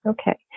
okay